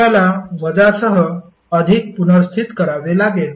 आपल्याला वजासह अधिक पुनर्स्थित करावे लागेल